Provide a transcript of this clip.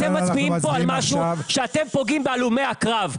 אתם מצביעים פה על משהו שאתם פוגעים בהלומי הקרב.